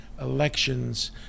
elections